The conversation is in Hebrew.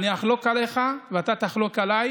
אני אחלוק עליך ואתה תחלוק עליי,